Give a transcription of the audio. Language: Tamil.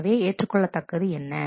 எனவே ஏற்றுக் கொள்ளத்தக்கது என்ன